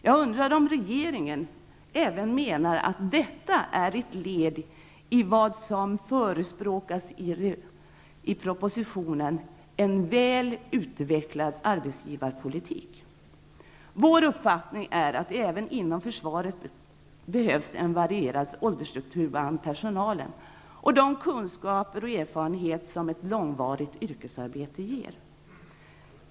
Jag undrar om regeringen även menar att detta är ett led i vad som beskrivs i propositionen som en ''väl utvecklad arbetsgivarpolitik''. Vår uppfattning är att det även inom försvaret behövs en varierad ålderstruktur bland personalen, som har de kunskaper och erfarenheter som ett långvarigt yrkesarbete ger.